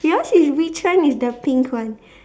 yours is which one is the pink one